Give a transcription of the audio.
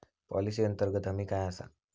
Policy अंतर्गत हमी काय आसा?